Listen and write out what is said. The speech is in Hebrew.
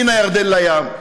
מן הירדן לים,